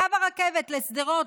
קו הרכבת לשדרות,